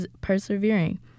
persevering